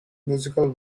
musical